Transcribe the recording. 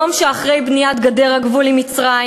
מהיום שאחרי בניית גדר הגבול עם מצרים